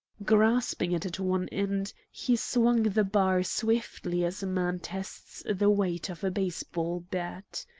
grasping it at one end, he swung the bar swiftly as a man tests the weight of a baseball bat.